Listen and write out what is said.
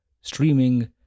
streaming